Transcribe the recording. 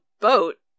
boat